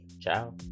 ciao